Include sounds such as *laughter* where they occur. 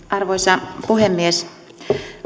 *unintelligible* arvoisa puhemies